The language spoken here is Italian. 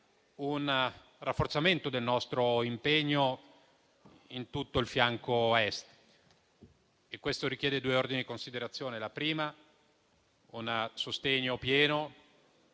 un rafforzamento del nostro impegno in tutto il fianco Est. Questo richiede due ordini in considerazioni. La prima è un sostegno pieno